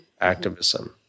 activism